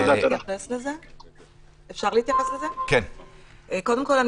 קודם כל,